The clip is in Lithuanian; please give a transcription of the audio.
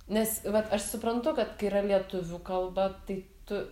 nes vat aš suprantu kad kai yra lietuvių kalba tai tu